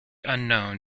unknown